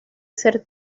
ser